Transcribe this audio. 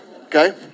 Okay